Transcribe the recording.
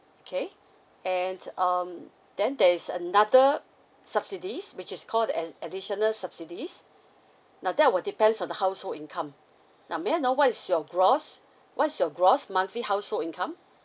okay and um then there is another subsidies which is called as additional subsidies now that will depends on the household income now may I know what is your gross what's your gross monthly household income